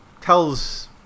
Tells